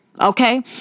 Okay